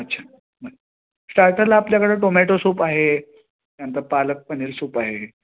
अच्छा स्टार्टरला आपल्याकडं टोमॅटो सूप आहे त्यानंतर पालक पनीर सूप आहे